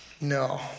No